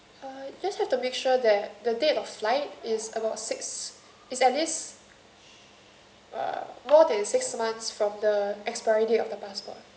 uh just have to make sure that the date of flight is about six is at least uh more than six months from the expiry date of the passport